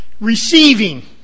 receiving